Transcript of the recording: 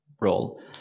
role